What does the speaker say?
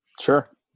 sure